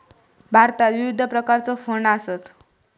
भारतात विविध प्रकारचो फंड आसत